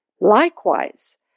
Likewise